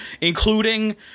including